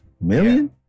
million